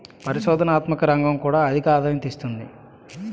పరిశోధనాత్మక రంగం కూడా అధికాదాయం తెస్తుంది